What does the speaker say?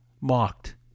mocked